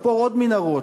לחפור עוד מנהרות,